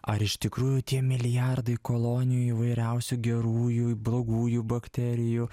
ar iš tikrųjų tie milijardai kolonijų įvairiausių gerųjų blogųjų bakterijų